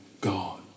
God